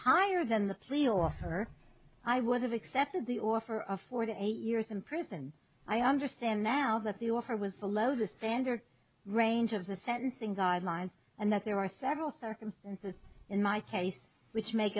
higher than the plea offer i would have accepted the offer of forty eight years in prison i understand now that the offer was below the standard range of the sentencing guidelines and that there are several circumstances in my case which make